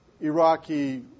Iraqi